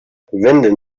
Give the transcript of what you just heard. wenden